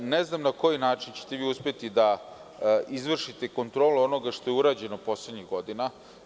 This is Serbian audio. Ne znam na koji način ćete vi uspeti da izvršite kontrolu onoga što je urađeno poslednjih godina.